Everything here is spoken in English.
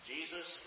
Jesus